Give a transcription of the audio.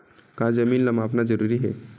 का जमीन ला मापना जरूरी हे?